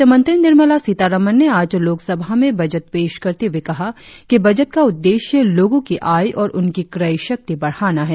वित्तमंत्री निर्मला सीतारमण ने आज लोकसभा में बजट पेश करते हुए कहा कि बजट का ज्डेष्य लोंगो की आय और उनकी कय शक्ति बढ़ाना है